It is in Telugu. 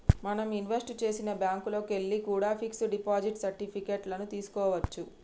మనం ఇన్వెస్ట్ చేసిన బ్యేంకుల్లోకెల్లి కూడా పిక్స్ డిపాజిట్ సర్టిఫికెట్ లను తీస్కోవచ్చు